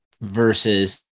versus